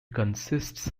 consists